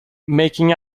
making